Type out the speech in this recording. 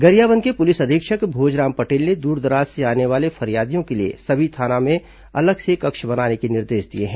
गरियाबंद के पुलिस अधीक्षक भोजराम पटेल ने दूरदराज से आने वाले फरियादियों के लिए सभी थानों में अलग से कक्ष बनाने के निर्देश दिए हैं